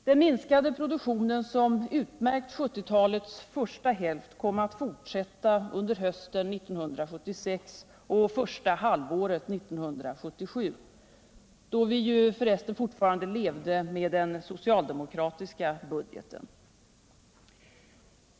Den minskade produktion som utmärkt 1970-talets första hälft kom att fortsätta under hösten 1976 och första halvåret 1977, då vi fortfarande levde med den socialdemokratiska budgeten.